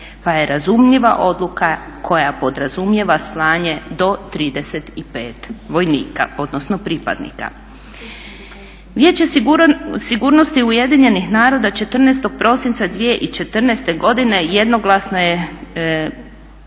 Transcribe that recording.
pa je razumljiva odluka koja podrazumijeva slanje do 35 vojnika, odnosno pripadnika. Vijeće sigurnosti UN-a 14. prosinca 2014. godine jednoglasno je